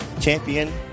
champion